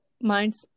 mine's